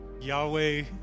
Yahweh